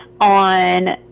on